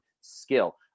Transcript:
skill